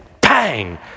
bang